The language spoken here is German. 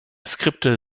skripte